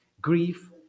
grief